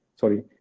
sorry